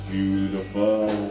Beautiful